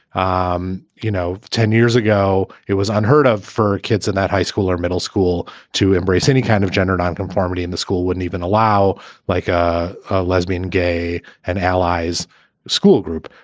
um you know, ten years ago, it was unheard of for kids in that high school or middle school to embrace any kind of gender nonconformity in the school wouldn't even allow like a lesbian, gay and allies school group.